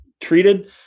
treated